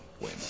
win